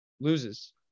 loses